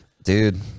Dude